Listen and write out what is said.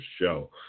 Show